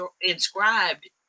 inscribed